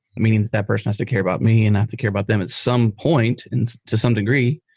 meaning that person has to care about me and have to care about them at some point and to some degree.